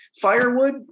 firewood